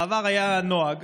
בעבר היה נוהג